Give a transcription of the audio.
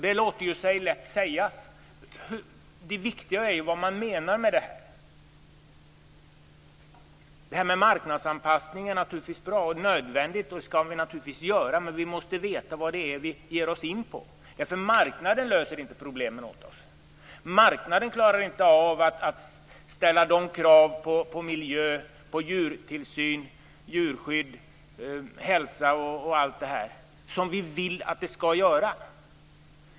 Det låter sig ju lätt sägas, men det viktiga är vad man menar med det. Detta med att marknadsanpassa är naturligtvis bra och nödvändigt, och det skall vi naturligtvis göra. Men vi måste veta vad det är vi ger oss in på, därför att marknaden löser inte problemen åt oss. Marknaden klarar inte av att ställa de krav på miljö, djurtillsyn, djurskydd, hälsa och annat som vi vill att den skall göra.